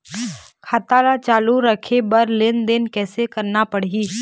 खाता ला चालू रखे बर लेनदेन कैसे रखना पड़ही?